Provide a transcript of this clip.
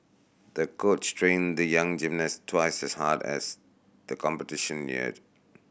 the coach trained the young gymnast twice as hard as the competition neared